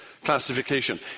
classification